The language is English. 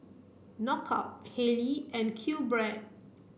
Knockout Haylee and QBread